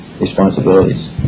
responsibilities